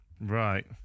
Right